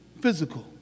physical